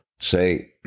Say